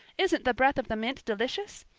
isn't the breath of the mint delicious?